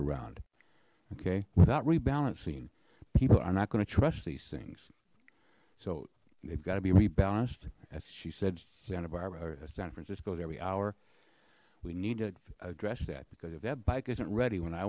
around okay without rebalancing people are not gonna trust these things so they've got to be rebalanced as she said santa barbara san francisco's every hour we need to address that because if that bike isn't ready when i